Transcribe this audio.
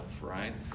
right